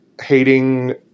hating